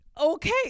Okay